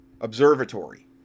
observatory